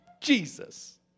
Jesus